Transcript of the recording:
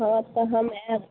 हम अपन हॉल मे आयब